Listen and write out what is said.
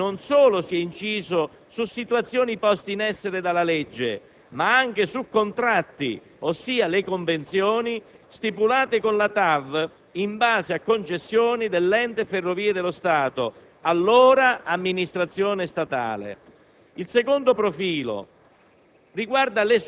Qui, con questo decreto, non solo si è inciso su situazioni poste in essere dalla legge, ma anche su contratti, ossia le convenzioni stipulate con la TAV in base a concessioni dell'ente Ferrovie dello Stato, allora amministrazione statale.